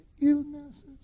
illnesses